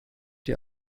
die